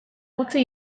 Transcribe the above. gutxi